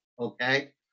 Okay